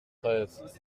treize